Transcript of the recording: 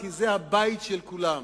כי זה הבית של כולם.